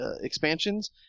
expansions—